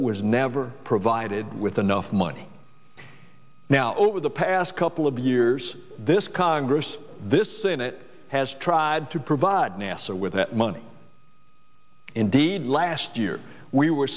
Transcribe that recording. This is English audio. was never provided with enough money now over the past couple of years this congress this senate has tried to provide nasa with that money indeed last year we were